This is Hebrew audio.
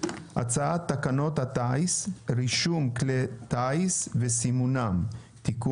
הצעת תקנות הטיס (רישום כלי טיס וסימונם)(תיקון),